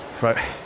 right